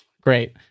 Great